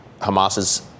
Hamas's